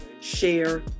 share